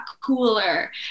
cooler